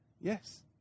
Yes